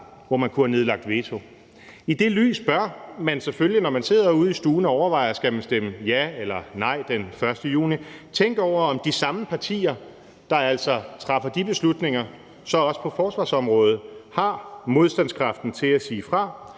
hvor man kunne have nedlagt veto. Set i det lys bør man selvfølgelig, når man sidder ude i stuerne og overvejer, om man skal stemme ja eller nej den 1. juni, tænke over, om de samme partier, der altså træffer de beslutninger, så på forsvarsområdet har modstandskraften til at sige fra,